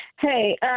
Hey